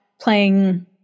playing